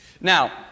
Now